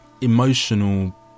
emotional